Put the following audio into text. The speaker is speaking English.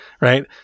right